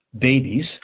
babies